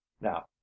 Now